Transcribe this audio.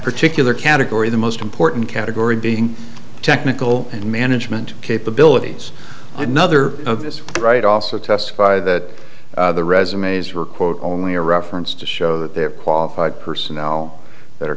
particular category the most important category being technical and management capabilities another of his right also testified that the resumes were quote only a reference to show that they're qualified personnel that are